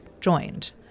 joined